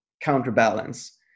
counterbalance